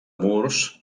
murs